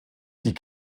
die